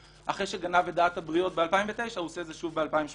שאחרי שגנב את דעת הבריות ב-2009 הוא עושה את זה שוב ב-2018.